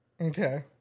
Okay